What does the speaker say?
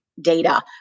data